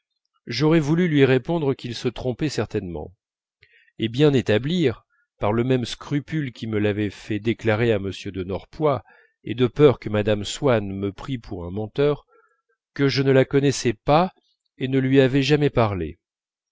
j'aurais voulu lui répondre qu'il se trompait certainement et bien établir par le même scrupule qui me l'avait fait déclarer à m de norpois et de peur que mme swann me prît pour un menteur que je ne la connaissais pas et ne lui avais jamais parlé